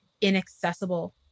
inaccessible